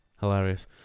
Hilarious